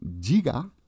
Giga